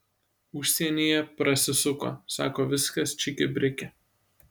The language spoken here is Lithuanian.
užsienyje prasisuko sako viskas čiki briki